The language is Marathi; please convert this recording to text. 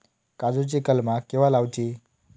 काजुची कलमा केव्हा लावची?